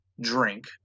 drink